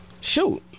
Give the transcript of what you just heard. Shoot